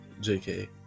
Jk